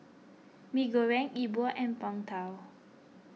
Mee Goreng E Bua and Png Tao